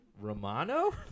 Romano